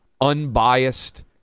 unbiased